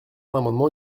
l’amendement